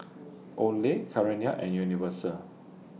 Olay Carrera and Universal